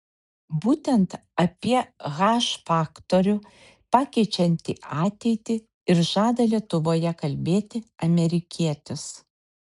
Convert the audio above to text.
būtent apie h faktorių pakeičiantį ateitį ir žada lietuvoje kalbėti amerikietis